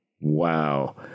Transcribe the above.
Wow